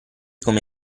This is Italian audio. come